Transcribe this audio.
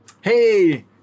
hey